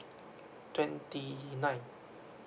twenty nine